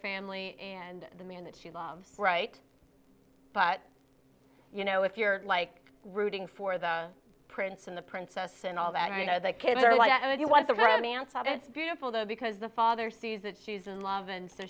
family and the man that she loves right but you know if you're like rooting for the prince and the princess and all that you know that kids are like that if you want the romance out it's beautiful though because the father sees that she's in love and so